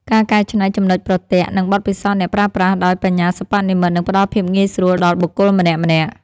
ការកែច្នៃចំណុចប្រទាក់ និងបទពិសោធន៍អ្នកប្រើប្រាស់ ដោយ បញ្ញាសិប្បនិម្មិត នឹងផ្ដល់ភាពងាយស្រួលដល់បុគ្គលម្នាក់ៗ។